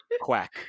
quack